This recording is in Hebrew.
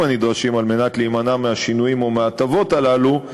הנדרשים כדי להימנע מהשינויים או מההטבות הללו,